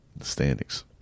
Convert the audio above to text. standings